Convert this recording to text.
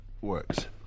works